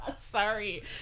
Sorry